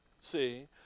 See